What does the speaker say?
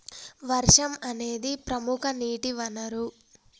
వర్షం అనేదిప్రముఖ నీటి వనరు